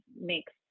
makes